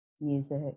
music